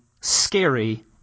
scary